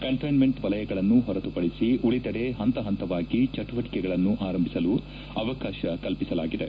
ಕಂಟ್ಟಿನ್ನೆಂಟ್ ವಲಯಗಳನ್ನು ಹೊರತುಪಡಿಸಿ ಉಳಿದೆಡೆ ಪಂತ ಪಂತವಾಗಿ ಚಟುವಟಿಕೆಗಳನ್ನು ಆರಂಭಿಸಲು ಅವಕಾಶ ಕಲ್ಪಿಸಲಾಗಿದೆ